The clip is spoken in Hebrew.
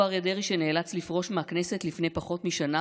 אותו אריה דרעי שנאלץ לפרוש מהכנסת לפני פחות משנה